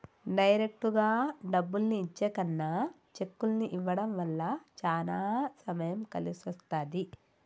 డైరెక్టుగా డబ్బుల్ని ఇచ్చే కన్నా చెక్కుల్ని ఇవ్వడం వల్ల చానా సమయం కలిసొస్తది